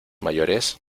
mayores